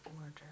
order